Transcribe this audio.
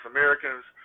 Americans